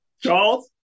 Charles